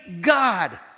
God